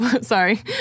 Sorry